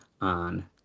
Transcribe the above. on